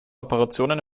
operationen